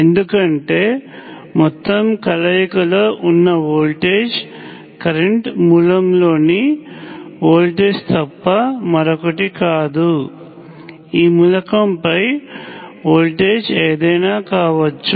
ఎందుకంటే మొత్తం కలయికలో ఉన్న వోల్టేజ్ కరెంట్ మూలంలోని వోల్టేజ్ తప్ప మరొకటి కాదు ఈ మూలకంపై వోల్టేజ్ ఏదైనా కావచ్చు